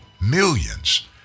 millions